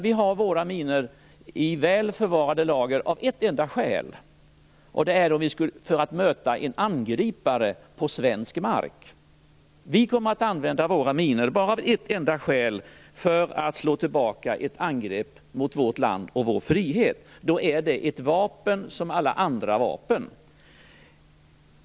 Vi har våra minor väl förvarade i lager av ett enda skäl: för att möta en angripare på svensk mark. Vi kommer att använda våra minor av ett enda skäl: för att slå tillbaka ett angrepp mot vårt land och vår frihet. Det är ett vapen som alla andra vapen.